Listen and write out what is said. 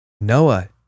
Noah